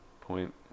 point